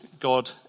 God